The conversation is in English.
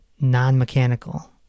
non-mechanical